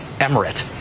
emirate